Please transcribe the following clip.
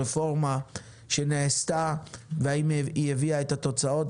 הרפורמה שנעשתה והאם היא הביאה את התוצאות.